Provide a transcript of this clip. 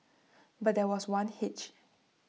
but there was one hitch